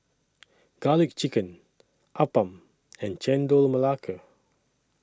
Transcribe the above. Garlic Chicken Appam and Chendol Melaka